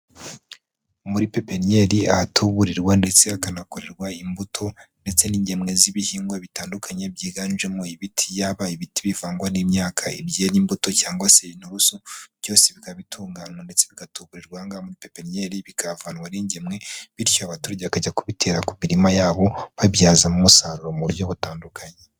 Muri pepinyeri ahatuburirwa ndetse hakanakorerwa imbuto ndetse n'ingemwe z'ibihingwa bitandukanye, byiganjemo ibiti, yaba ibiti bivangwa n'imyaka ibyera imbuto cyangwa se inturusu, byose bikaba itunganwa ndetse bigatuburirwa ahangaha muri pepinyeri bikahavanwa ari ingemwe, bityo abaturage bakajya kubitera ku mirima yabo babibyazamo umusaruro mu buryo butandukanye.